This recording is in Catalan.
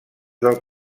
del